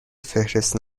فهرست